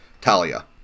Talia